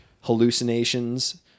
hallucinations